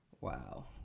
Wow